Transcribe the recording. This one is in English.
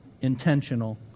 intentional